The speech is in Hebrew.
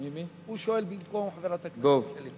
הוא שואל במקום חברת הכנסת יחימוביץ.